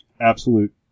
absolute